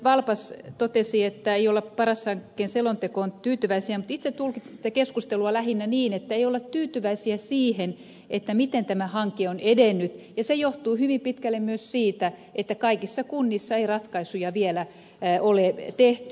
valpas totesi että ei olla paras hankkeen selontekoon tyytyväisiä mutta itse tulkitsin sitä keskustelua lähinnä niin että ei olla tyytyväisiä siihen miten tämä hanke on edennyt ja se johtuu hyvin pitkälle myös siitä että kaikissa kunnissa ei ratkaisuja vielä ole tehty